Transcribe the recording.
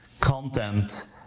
content